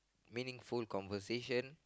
meaningful conversation